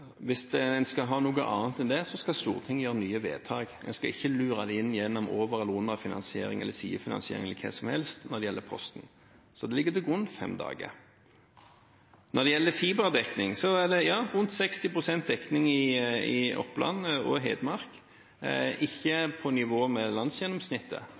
Hvis en skal ha noe annet enn det, skal Stortinget gjøre nye vedtak – en skal ikke lure det inn gjennom over- eller underfinansiering eller sidefinansiering eller hva som helst når det gjelder Posten. Så fem dager ligger til grunn. Når det gjelder fiberdekning, er det rundt 60 pst. dekning i Oppland og Hedmark – ikke på nivå med landsgjennomsnittet,